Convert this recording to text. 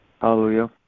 Hallelujah